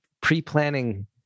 pre-planning